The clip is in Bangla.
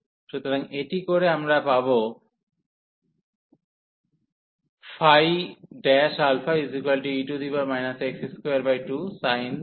সুতরাং এটি করে আমরা পাব e x22sin αx